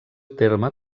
terme